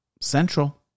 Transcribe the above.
Central